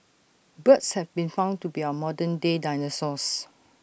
birds have been found to be our modern day dinosaurs